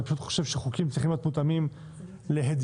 אני חושב שחוקים צריכים להיות מותאמים להדיוטות,